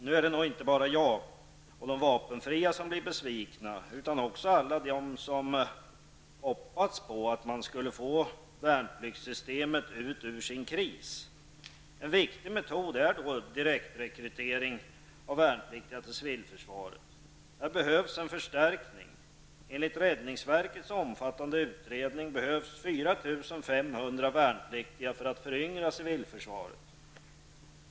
Nu är det nog inte bara jag och de vapenfria som blir besvikna utan det blir också alla de som hade hoppats på att man skulle få värnpliktssystemet ut ur sin kris. En viktig metod är då direktrekrytering av värnpliktiga till civilförsvaret. Här behövs en förstärkning. Enligt räddningsverkets omfattande utredning behövs 4 500 värnpliktiga för att föryngra civilförsvaret.